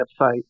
website